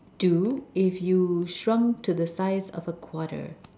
do if you shrunk to the size of a quarter